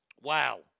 Wow